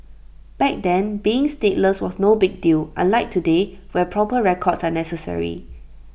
back then being stateless was no big deal unlike today where proper records are necessary